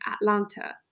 Atlanta